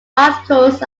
articles